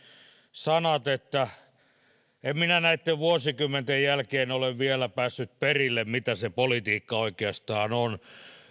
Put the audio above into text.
sanat en minä näitten vuosikymmenten jälkeen ole vielä päässyt perille mitä se politiikka oikeastaan on